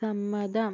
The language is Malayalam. സമ്മതം